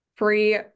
Free